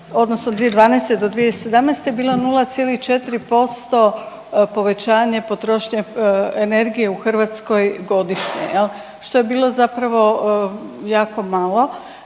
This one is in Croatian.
odnosno 2012. do 2017. bilo je 0,4% povećanje potrošnje energije u Hrvatskoj godišnje jel, što je bilo zapravo jako malo.